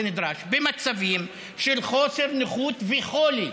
במצבים של חוסר, נכות וחולי,